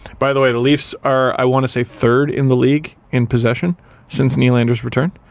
by the way, the leafs are, i want to say third, in the league in possession since nylander's return.